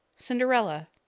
Cinderella